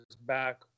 back